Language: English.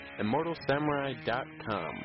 ImmortalSamurai.com